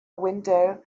window